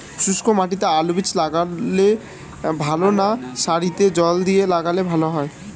শুক্নো মাটিতে আলুবীজ লাগালে ভালো না সারিতে জল দিয়ে লাগালে ভালো?